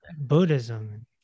Buddhism